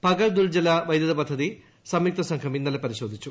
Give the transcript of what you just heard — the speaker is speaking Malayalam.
പകൽ ദുൽ ജല വൈദ്യുത പദ്ധതി സംയുക്ത സംഘം ഇന്നലെ പരിശോധിച്ചു